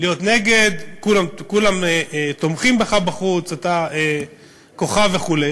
להיות נגד, כולם תומכים בך בחוץ, אתה כוכב וכו'.